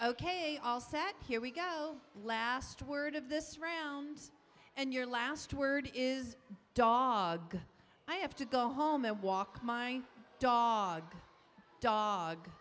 ok all set here we go last word of this round and your last word is dog i have to go home and walk my dog dog